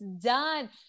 done